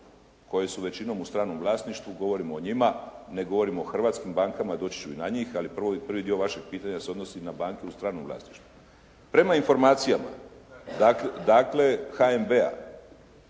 koje su većinom u stranom vlasništvu, govorimo o njima, ne govorimo o hrvatskim bankama, doći ću i na njih ali prvo, prvi dio vašeg pitanja se odnosi na banke u stranom vlasništvu. Prema informacijama dakle HNB-a